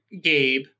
Gabe